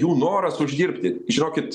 jų noras uždirbti žinokit